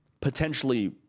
potentially